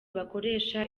bakoresha